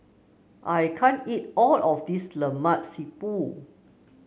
I can't eat all of this Lemak Siput